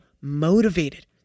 motivated